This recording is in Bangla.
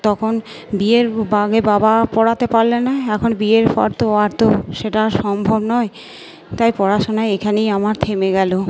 তখন বিয়ের আগে বাবা পড়াতে পারলেন না এখন বিয়ের পর তো আর তো সেটা সম্ভব নয় তাই পড়াশুনা এখানেই আমার থেমে গেলো